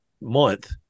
month